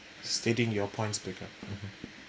stating your points break up mmhmm